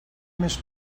més